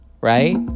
right